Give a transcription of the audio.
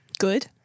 Good